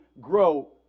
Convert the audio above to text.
grow